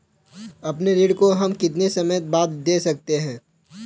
अपने ऋण को हम कितने समय बाद दे सकते हैं?